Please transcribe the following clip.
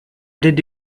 did